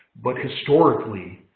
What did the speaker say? but historically,